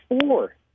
four